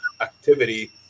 activity